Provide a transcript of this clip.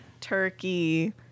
turkey